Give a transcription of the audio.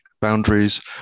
boundaries